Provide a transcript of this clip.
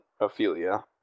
Ophelia